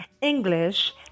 English